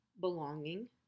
belonging